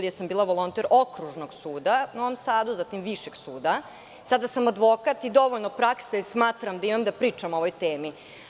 Bila sam volonter Okružnog suda u Novom Sadu, zatim Višeg suda, a sada sam advokat i dovoljno prakse smatram da imam da pričam o ovoj temi.